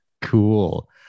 Cool